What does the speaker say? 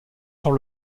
sur